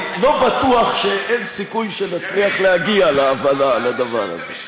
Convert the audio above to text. אני לא בטוח שאין סיכוי שנצליח להגיע להבנה על הדבר הזה.